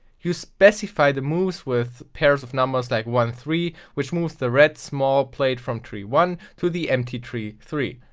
you specify the moves with pairs of numbers like one, three which moves the red small palte from tree one, to the empty tree three.